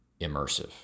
immersive